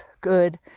good